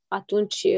atunci